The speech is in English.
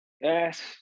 yes